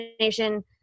nation